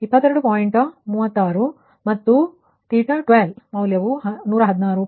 36 ಮತ್ತು θ12 ಮೌಲ್ಯ 116